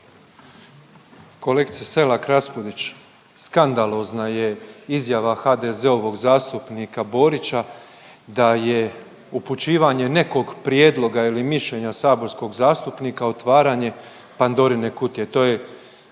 Kolegice Selak Raspudić skandalozna je izjava HDZ-ovog zastupnika Borića da je upućivanje nekog prijedloga ili mišljenja saborskog zastupnika otvaranje Pandorine kutije.